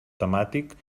temàtic